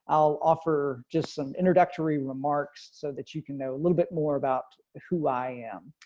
i'll offer just some introductory remarks, so that you can know a little bit more about who i am.